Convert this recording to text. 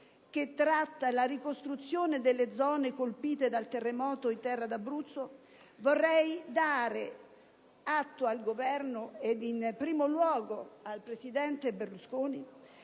che tratta la ricostruzione delle zone colpite dal terremoto in terra d'Abruzzo, vorrei dare atto al Governo, e in primo luogo al presidente Berlusconi,